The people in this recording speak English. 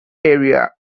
area